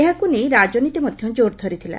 ଏହାକୁ ନେଇ ରାଜନୀତି ମଧ୍ଧ ଜୋର ଧରିଥିଲା